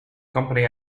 company